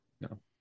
No